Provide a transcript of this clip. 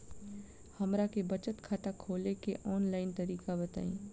हमरा के बचत खाता खोले के आन लाइन तरीका बताईं?